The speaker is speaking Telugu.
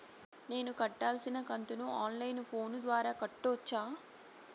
నేను కట్టాల్సిన కంతును ఆన్ లైను ఫోను ద్వారా కట్టొచ్చా?